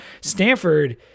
Stanford